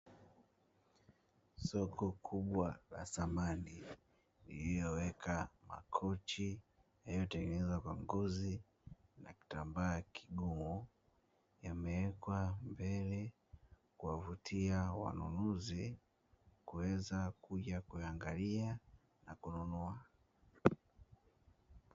Soko kubwa la samani, iliyoweka makochi yaliyotengenezwa kwa ngozi na kitambaa kigumu, yamewekwa mbele kuwavutia wanunuzi, kuweza kuja kuangalia na kununua.